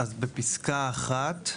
אז בפסקה (1),